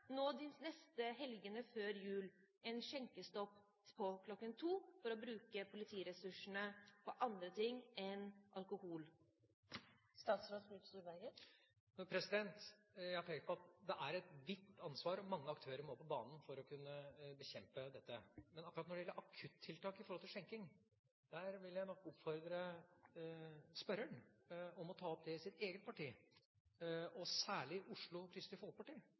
de neste helgene før jul prøver å innføre en skjenkestopp kl. 2, for å bruke politiressursene på andre ting enn alkohol? Jeg har pekt på at det er et vidt ansvar, og mange aktører må på banen for å kunne bekjempe dette. Men akkurat når det gjelder akuttiltak i forhold til skjenking, vil jeg nok oppfordre spørreren til å ta det opp i sitt eget parti – særlig i Oslo Kristelig Folkeparti,